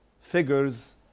figures